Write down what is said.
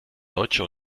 deutsche